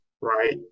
right